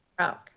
Okay